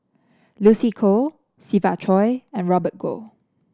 Lucy Koh Siva Choy and Robert Goh